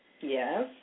Yes